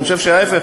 אני חושב שההפך,